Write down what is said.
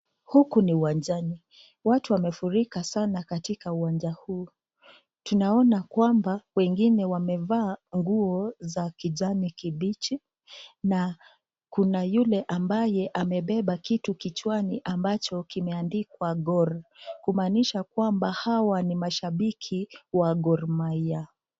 Huku ni uwajani, watu wamefurika sana katika uwanja huu, tunaona kwamba, wamevaa nguo za kijani kibichi, na kuna yule ambaye amebeba kitu kichwani ambacho kimeandikwa gor. Kumaanisha kwamba hawa ni mashabiki wa Gormahia.